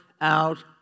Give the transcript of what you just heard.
out